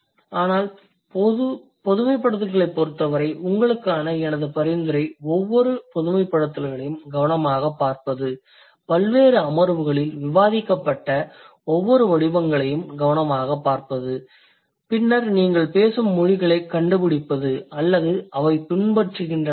ஆனால் பொதுமைப்படுத்துதல்களைப் பொறுத்தவரை உங்களுக்கான எனது பரிந்துரை ஒவ்வொரு பொதுமைப்படுத்தல்களையும் கவனமாகப் பார்ப்பது பல்வேறு அமர்வுகளில் விவாதிக்கப்பட்ட ஒவ்வொரு வடிவங்களையும் கவனமாகப் பார்த்து பின்னர் நீங்கள் பேசும் மொழிகளைக் கண்டுபிடிப்பது அல்லது அவை பின்பற்றுகின்றனவா